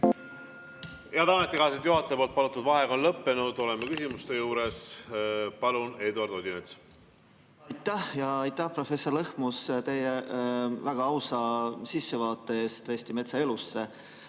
Head ametikaaslased, juhataja palutud vaheaeg on lõppenud. Oleme küsimuste juures. Palun, Eduard Odinets! Aitäh, professor Lõhmus, teie väga ausa sissevaate eest Eesti metsa elusse!